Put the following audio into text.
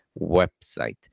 website